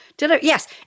Yes